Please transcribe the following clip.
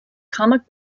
comic